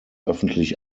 öffentlich